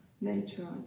nature